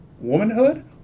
womanhood